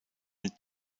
mit